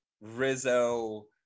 Rizzo